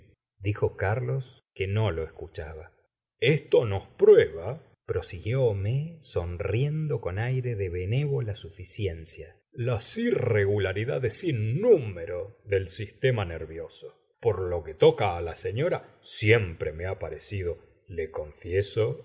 si dijo carlos que no le escuchaba esto nos prueba prosiguió homais sonriendo eon aire de benévola suficiencia las irregularidades sinmímero del sistema nervioso por lo que toca á la señora siempre me ha parecido lo confieso